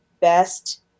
best